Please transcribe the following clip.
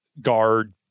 guard